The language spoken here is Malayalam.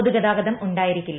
പൊതുഗതാഗതം ഉണ്ടായിരിക്കില്ല